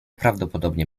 prawdopodobnie